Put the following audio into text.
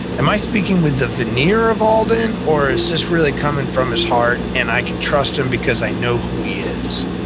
am i speaking with the veneer of alden, or is this really coming from his heart, and i can trust him, because i know who he is?